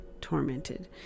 tormented